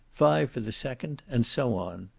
five for the second, and so on.